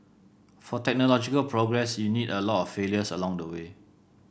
for technological progress you need a lot of failures along the way